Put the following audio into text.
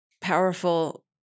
powerful